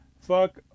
fuck